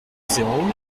zéro